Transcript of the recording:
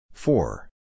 Four